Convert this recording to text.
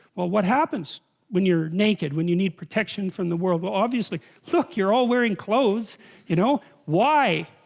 well what happens when you're naked when you need protection from the world well obviously look, you're all wearing clothes you know why?